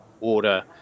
order